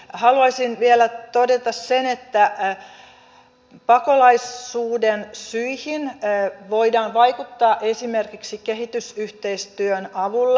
haluaisin vielä todeta sen että pakolaisuuden syihin voidaan vaikuttaa esimerkiksi kehitysyhteistyön avulla